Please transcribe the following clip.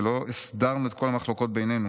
ולא הסדרנו את כל המחלוקות בינינו,